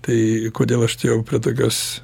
tai kodėl aš atėjau prie tokios